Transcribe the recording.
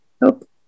Nope